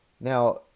Now